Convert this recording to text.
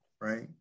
right